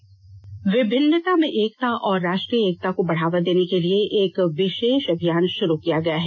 एक भारत श्रेष्ठ भारत विभिन्नता में एकता और राष्ट्रीय एकता को बढ़ावा देने के लिए एक विशेष अभियान शुरू किया गया है